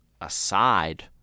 aside